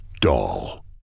doll